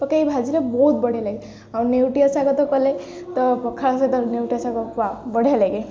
ପକାଇକି ଭାଜିଲେ ବହୁତ ବଢ଼ିଆ ଲାଗେ ଆଉ ନେଉଟିଆ ଶାଗ ତ କଲେ ତ ପଖାଳ ସହିତ ନେଉଟିଆ ଶାଗକୁ ବଢ଼ିଆ ଲାଗେ